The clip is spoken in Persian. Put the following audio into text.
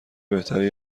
بهتره